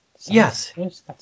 Yes